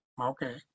Okay